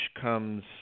comes